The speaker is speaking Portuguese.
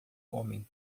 homem